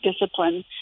discipline